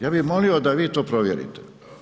Ja bi molio da vi to provjerite.